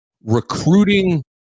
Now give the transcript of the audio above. Recruiting